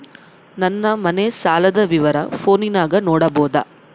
ನನ್ನ ಮನೆ ಸಾಲದ ವಿವರ ಫೋನಿನಾಗ ನೋಡಬೊದ?